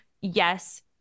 yes